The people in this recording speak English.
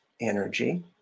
energy